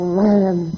man